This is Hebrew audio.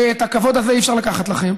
ואת הכבוד הזה אי-אפשר לקחת לכם.